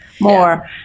More